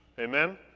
amen